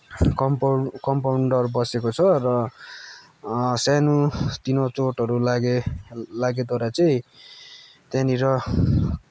compound compounder बसेको छ र सानो तिनो चोटहरू लागे लागेद्वारा चाहिँ त्यहाँनिर